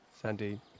Sandy